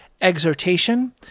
exhortation